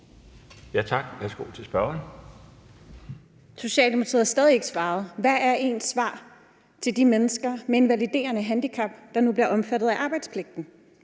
Victoria Velasquez (EL): Socialdemokratiet har stadig ikke svaret: Hvad er ens svar til de mennesker med et invaliderende handicap, der nu bliver omfattet af arbejdspligten?